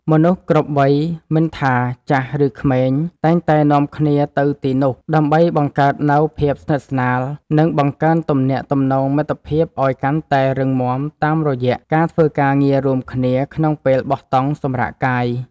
មនុស្សគ្រប់វ័យមិនថាចាស់ឬក្មេងតែងតែនាំគ្នាទៅទីនោះដើម្បីបង្កើតនូវភាពស្និទ្ធស្នាល និង បង្កើនទំនាក់ទំនងមិត្តភាពឱ្យកាន់តែរឹងមាំតាមរយៈការធ្វើការងាររួមគ្នាក្នុងពេលបោះតង់សម្រាកកាយ។